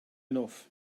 enough